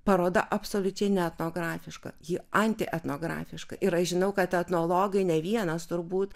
paroda absoliučiai ne etnografiška ji anti etnografiška ir aš žinau kad etnologai ne vienas turbūt